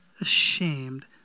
ashamed